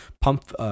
pump